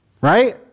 right